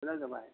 जाबाय